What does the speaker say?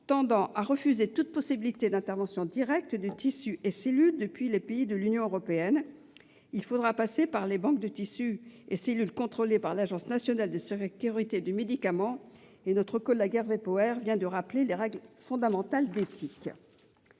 tendant à rejeter toute possibilité d'importation directe de tissus et cellules depuis les pays de l'Union européenne et à imposer le passage par les banques de tissus et cellules contrôlées par l'Agence nationale de sécurité du médicament et des produits de santé. Notre collègue Hervé Poher vient de rappeler les règles fondamentales d'éthique.